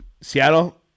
Seattle